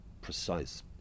precise